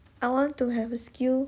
I want to have a skill